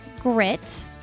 grit